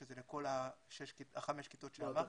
שזה לכל חמש הכיתות שאמרתי.